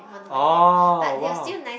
orh !wow!